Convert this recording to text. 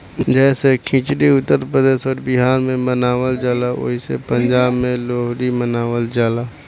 जैसे खिचड़ी उत्तर प्रदेश अउर बिहार मे मनावल जाला ओसही पंजाब मे लोहरी मनावल जाला